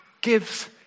gives